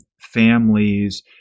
families